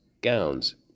gowns